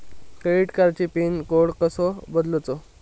Credit कार्डची pin code कसो बदलुचा?